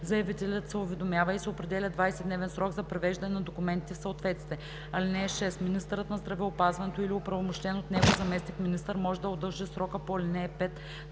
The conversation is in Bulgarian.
заявителят се уведомява и се определя 20-дневен срок за привеждане на документите в съответствие. (6) Министърът на здравеопазването или оправомощен от него заместник-министър може да удължи срока по ал. 5